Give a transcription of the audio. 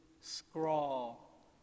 scrawl